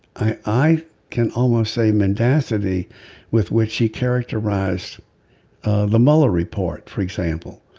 i can almost say mendacity with which he characterized the muller report for example.